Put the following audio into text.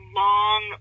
long